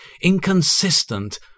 inconsistent